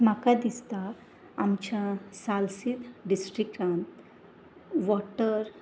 म्हाका दिसता आमच्या सालसेंत डिस्ट्रिक्टान वॉटर